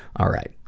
all right.